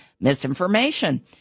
misinformation